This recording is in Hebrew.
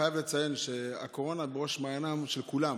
אני חייב לציין שהקורונה בראש מעייניהם של כולם,